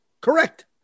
Correct